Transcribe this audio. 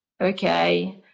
okay